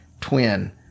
twin